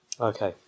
Okay